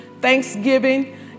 Thanksgiving